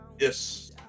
yes